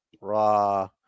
raw